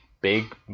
Big